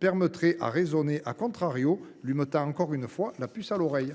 permettrait de raisonner, lui mettant une fois encore la puce à l’oreille.